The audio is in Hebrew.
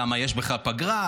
למה יש בכלל פגרה?